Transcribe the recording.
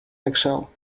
eggshell